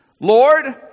Lord